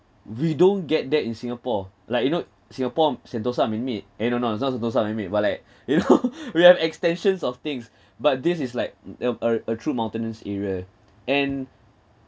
we don't get that in singapore like you know singapore Sentosa man made eh no no it's not Sentosa man made but like you know we have extensions of things but this is like mm a a a true mountainous area and